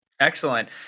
Excellent